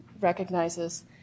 recognizes